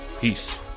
peace